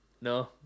no